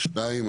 שתיים,